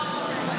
לא, לא.